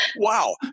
Wow